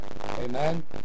Amen